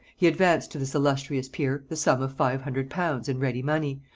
he advanced to this illustrious peer the sum of five hundred pounds in ready money,